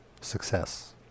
success